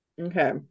Okay